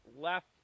Left